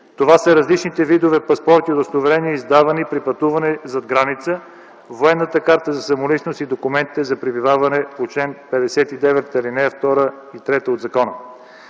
Това са различните видове паспорти и удостоверения, издавани при пътуване зад граница, военната карта за самоличност и документите за пребиване по чл. 59, ал. 2 и 3 от закона.